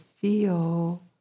feel